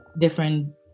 different